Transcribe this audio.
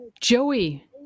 Joey